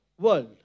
world